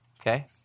Okay